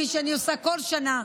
כפי שאני עושה בכל שנה.